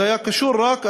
זה לא היה קשור לאוכל.